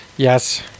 Yes